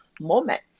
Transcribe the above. moment